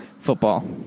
football